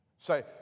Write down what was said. Say